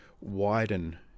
widen